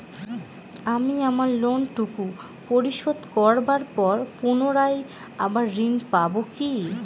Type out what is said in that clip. আমি আমার লোন টুকু পরিশোধ করবার পর পুনরায় আবার ঋণ পাবো কি?